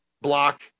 block